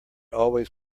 always